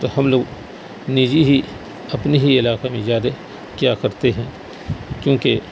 تو ہم لوگ نجی ہی اپنے ہی علاقے میں زیادہ کیا کرتے ہیں کیوںکہ